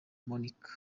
monica